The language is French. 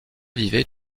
vivait